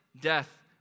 death